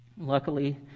Luckily